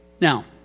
Now